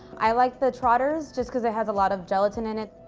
i like the trotters just because it has a lot of gelatin in it.